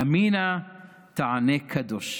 ימינה תענה: קדוש.